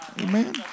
Amen